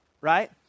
right